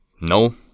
No